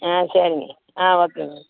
ஆ சரிங்க ஆ ஓகேங்க